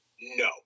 no